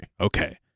Okay